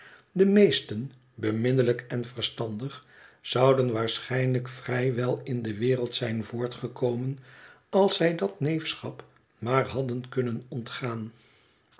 de meesten beminnelijk en verstandig zouden waarschijnlijk vrij wel in de wereld zijn voortgekomen als zij dat neefschap maar hadden kunnen ontgaan